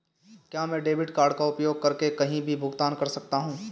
क्या मैं debit card का उपयोग करके कहीं भी भुगतान कर सकता हूं?